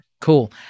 Cool